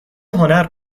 هنر